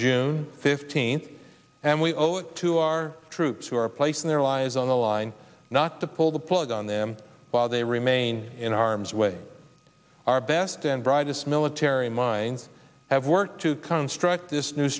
june fifteenth and we owe it to our troops who are placing their lives on the line not to pull the plug on them while they remain in harm's way our best and brightest military minds have worked to construct this new